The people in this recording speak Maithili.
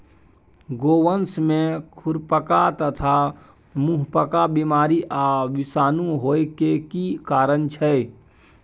गोवंश में खुरपका तथा मुंहपका बीमारी आ विषाणु होय के की कारण छै?